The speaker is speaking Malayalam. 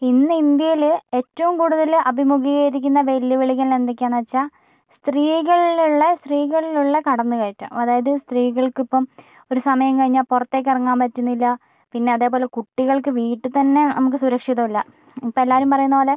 ഇന്ന് ഇന്ത്യയിൽ ഏറ്റവും കൂടുതൽ അഭിമുഖീകരിക്കുന്ന വെല്ലുവിളികൾ എന്തൊക്കെയാണെന്നു വച്ചാൽ സ്ത്രീകളിലുള്ള സ്ത്രീകളിലുള്ള കടന്നു കയറ്റം അതായത് സ്ത്രീകൾക്ക് ഇപ്പം ഒരു സമയം കഴിഞ്ഞാൽ പുറത്തേക്ക് ഇറങ്ങാൻ പറ്റുന്നില്ല പിന്നെ അതേപോലെ കുട്ടികൾക്ക് വീട്ടിൽത്തന്നെ നമുക്ക് സുരക്ഷിതം ഇല്ല ഇപ്പോൾ എല്ലാവരും പറയുന്നതുപോലെ